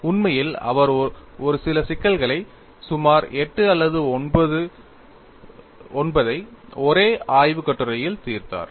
உண்மையில் அவர் ஒரு சில சிக்கல்களை சுமார் 8 அல்லது 9 ஐ ஒரே ஆய்வுக் கட்டுரையில் தீர்த்தார்